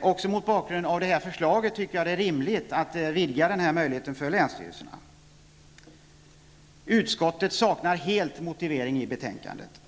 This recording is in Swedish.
Också mot bakgrund av detta förslag tycker jag att det är rimligt att vidga denna möjlighet för länsstyrelserna. Utskottet saknar helt motivering i betänkandet.